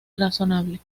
razonable